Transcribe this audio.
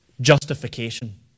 Justification